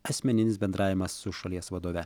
asmeninis bendravimas su šalies vadove